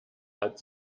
hat